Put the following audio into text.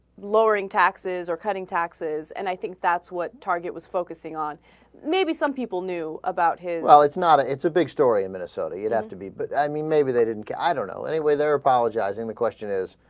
lowering taxes or cutting taxes and i think that's what target was focusing on maybe some people knew about his well it's not ah it's a big story and minnesota you'd have to be but i mean maybe they didn't gather alleyway there apologizing the question is